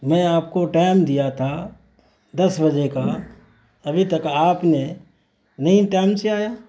میں آپ کو ٹائم دیا تھا دس بجے کا ابھی تک آپ نے نہیں ٹائم سے آیا